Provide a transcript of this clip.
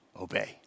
obey